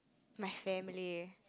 my family